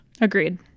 Agreed